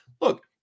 Look